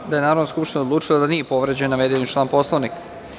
Konstatujem da je Narodna skupština odlučila da nije povređen navedeni član Poslovnika.